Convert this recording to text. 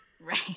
Right